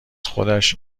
خودش